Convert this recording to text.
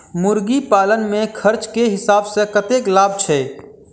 मुर्गी पालन मे खर्च केँ हिसाब सऽ कतेक लाभ छैय?